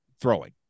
throwing